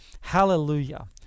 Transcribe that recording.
hallelujah